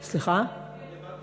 תעשו הסכם, אני הבנתי